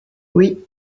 oui